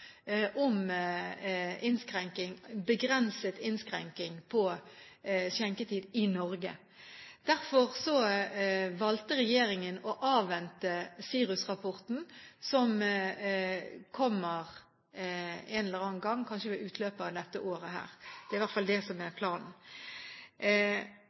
om begrenset innskrenking av skjenketid i Norge. Derfor valgte regjeringen å avvente SIRUS-rapporten som kommer en eller annen gang, kanskje ved utløpet av dette året – det er i hvert fall det som er